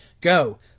Go